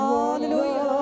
Hallelujah